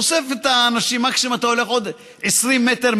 אוסף את האנשים ומקסימום אתה הולך עוד 20 מטר,